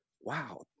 wow